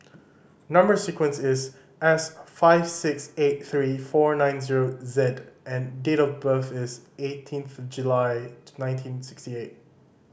number sequence is S five six eight three four nine zero Z and date of birth is eighteenth July nineteen sixty eight